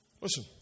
Listen